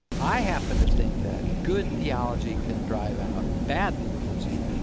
i happen to think that good theology can drive out bad theology,